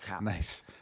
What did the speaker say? nice